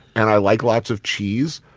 and i like lots of cheese,